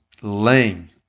laying